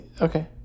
Okay